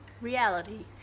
reality